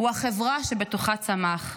הוא החברה שבתוכה צמח.